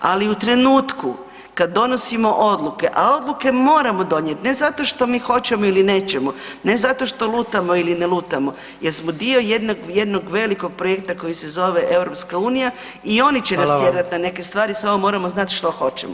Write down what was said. Ali u trenutku kad donosimo odluke, a odluke moramo donijeti ne zato što mi hoćemo ili nećemo, ne zato što lutamo ili ne lutamo jer smo dio jednog velikog projekta koji se zove EU i oni će nas tjerati na neke stvari [[Upadica: Hvala vam.]] samo moramo znati što hoćemo.